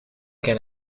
can